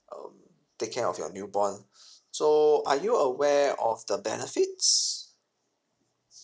um take care of your newborn so are you aware of the benefits